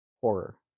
Horror